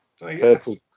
purple